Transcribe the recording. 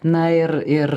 na ir ir